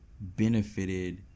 benefited